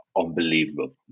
unbelievable